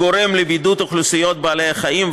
הגורם לבידוד אוכלוסיות בעלי החיים,